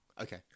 Okay